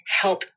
help